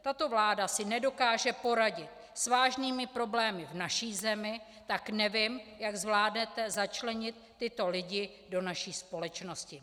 Tato vláda si nedokáže poradit s vážnými problémy v naší zemi, tak nevím, jak zvládnete začlenit tyto lidi do naší společnosti.